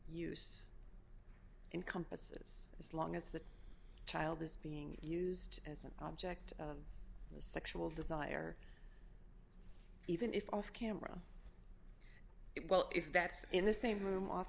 use encompasses as long as the child is being used as an object of sexual desire even if off camera it well if that's in the same room off